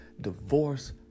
Divorce